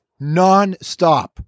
nonstop